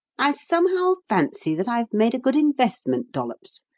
i somehow fancy that i've made a good investment, dollops.